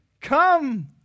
come